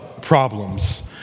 problems